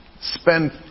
spend